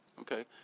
Okay